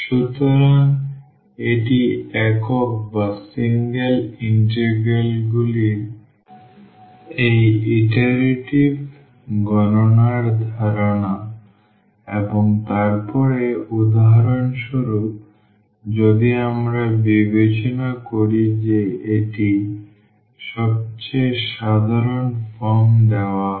সুতরাং এটি একক ইন্টিগ্রালগুলির এই ইটারেটিভ গণনার ধারণা এবং তারপরে উদাহরণস্বরূপ যদি আমরা বিবেচনা করি যে এটি সবচেয়ে সাধারণ ফর্ম দেওয়া হয়